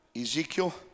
Ezekiel